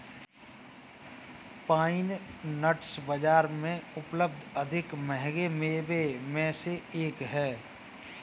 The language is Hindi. पाइन नट्स बाजार में उपलब्ध अधिक महंगे मेवों में से एक हैं